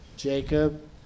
Jacob